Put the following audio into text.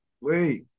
Wait